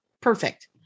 perfect